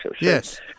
Yes